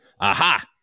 Aha